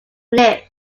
live